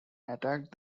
attacked